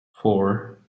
four